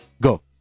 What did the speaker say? Go